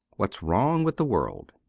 what's wrong with the world